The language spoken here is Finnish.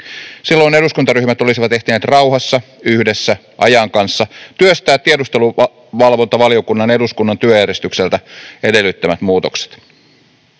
Silloin eduskuntaryhmät olisivat ehtineet rauhassa yhdessä ajan kanssa työstää tiedusteluvalvontavaliokunnan eduskunnan työjärjestykseltä edellyttämät muutokset.